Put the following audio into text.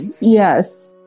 Yes